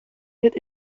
dit